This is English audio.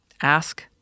Ask